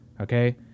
okay